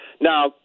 Now